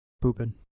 Pooping